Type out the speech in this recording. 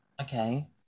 Okay